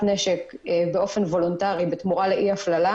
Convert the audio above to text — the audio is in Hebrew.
נשק באופן וולונטארי בתמורה לאי הפללה,